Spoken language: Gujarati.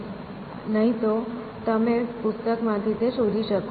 અને નહીં તો તમે પુસ્તકમાંથી શોધી શકો છો